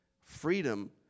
Freedom